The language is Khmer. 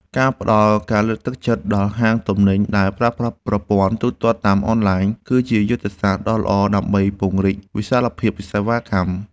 ការផ្តល់ការលើកទឹកចិត្តដល់ហាងទំនិញដែលប្រើប្រាស់ប្រព័ន្ធទូទាត់តាមអនឡាញ គឺជាយុទ្ធសាស្ត្រដ៏ល្អដើម្បីពង្រីកវិសាលភាពសេវាកម្ម។